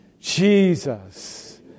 Jesus